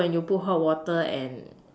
so when you put hot water and